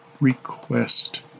request